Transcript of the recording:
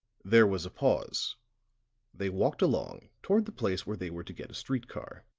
there was a pause they walked along toward the place where they were to get a street car.